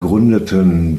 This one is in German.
gründeten